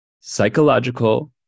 psychological